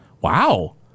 wow